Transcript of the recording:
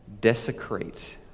desecrate